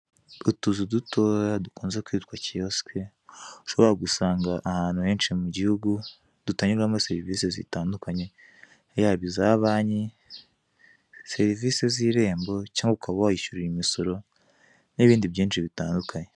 Utuzu dutoya dukunze kwitwa kiyosiki, ushobora gusanga ahantu henshi mu gihugu, dutangirwamo serivisi zitandukanye, yaba iza banki, serivisi z'irembo cyangwa ukaba wahishyurira imisoro n'ibindi byinshi bitandukanye.